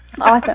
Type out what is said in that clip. Awesome